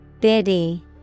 Biddy